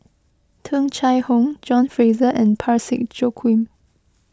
Tung Chye Hong John Fraser and Parsick Joaquim